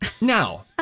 Now